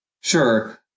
Sure